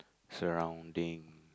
surrounding